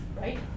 right